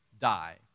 die